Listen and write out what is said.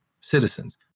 citizens